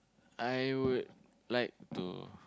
I would like to